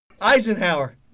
Eisenhower